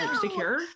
secure